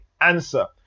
answer